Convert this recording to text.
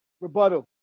Rebuttal